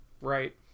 Right